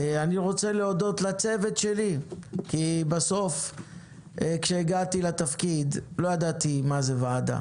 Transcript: אני מודה לצוות שלי כי בסוף כשהגעתי לתפקיד לא ידעתי מה זה ועדה.